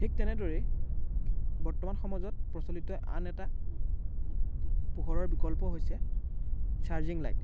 ঠিক তেনেদৰেই বৰ্তমান সমাজত প্ৰচলিত আন এটা পোহৰৰ বিকল্প হৈছে ছাৰ্জিং লাইট